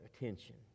attention